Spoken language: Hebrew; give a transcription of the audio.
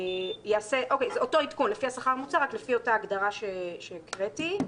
יהיה לפי אותה הגדרה שהקראתי.